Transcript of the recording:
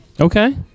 Okay